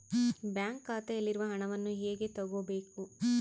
Bank ಖಾತೆಯಲ್ಲಿರುವ ಹಣವನ್ನು ಹೇಗೆ ತಗೋಬೇಕು?